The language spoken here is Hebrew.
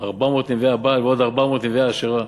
400 נביאי הבעל ועוד 400 נביאי האשרה,